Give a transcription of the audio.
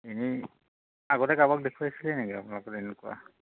এনেই আগতে কাবাক দেখুৱাইছিলে নেকি আপোনালোকৰ এনেকুৱা